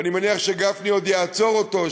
ואני מניח שיושב-ראש ועדת הכספים גפני עוד יעצור אותו,